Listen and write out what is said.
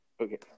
okay